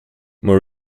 more